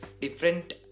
different